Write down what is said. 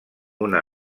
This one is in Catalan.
una